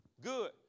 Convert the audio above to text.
good